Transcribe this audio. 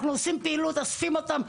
אנחנו עושים פעילות ואוספים אותן.